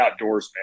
outdoorsman